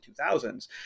2000s